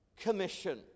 commission